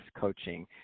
Coaching